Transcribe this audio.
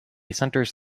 centers